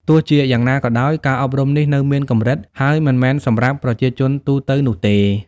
ទោះជាយ៉ាងណាក៏ដោយ ការអប់រំនេះនៅមានកម្រិត ហើយមិនមែនសម្រាប់ប្រជាជនទូទៅនោះទេ។